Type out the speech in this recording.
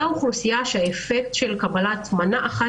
הם האוכלוסייה שהאפקט של קבלת מנה אחת